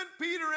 Peter